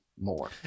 more